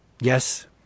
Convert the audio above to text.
Yes